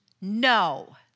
No